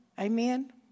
Amen